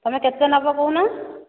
ତୁମେ କେତେ ନେବ କହୁନ